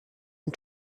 and